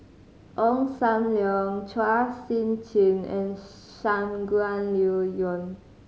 Ong Sam Leong Chua Sian Chin and Shangguan Liuyun